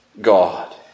God